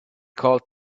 called